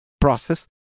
process